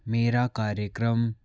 मेरा कार्यक्रम